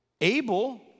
Abel